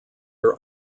are